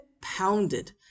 pounded